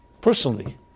personally